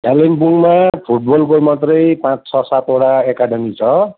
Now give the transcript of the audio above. कालिम्पोङमा फुटबलको मात्रै पाँच छ सातवटा एकाडमी छ